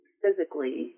physically